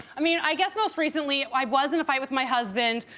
i mean, i guess most recently, i was in a fight with my husband.